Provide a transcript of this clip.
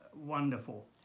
wonderful